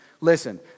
Listen